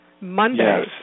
Monday